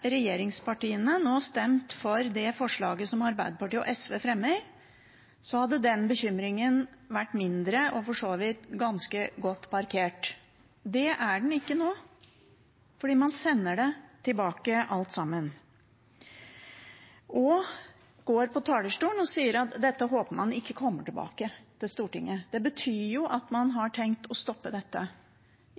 regjeringspartiene nå stemt for det forslaget som Arbeiderpartiet og SV fremmer, hadde den bekymringen vært mindre og for så vidt ganske godt parkert. Det er den ikke nå, fordi man sender alt sammen tilbake og går på talerstolen og sier at dette håper man ikke kommer tilbake til Stortinget. Det betyr at man har tenkt å stoppe dette